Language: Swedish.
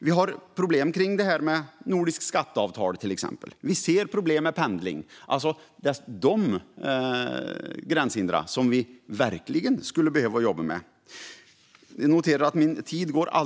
Vi har problem med det nordiska skatteavtalet och med pendling. Dessa gränshinder behöver vi verkligen jobba med.